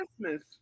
Christmas